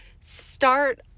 start